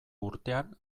urtean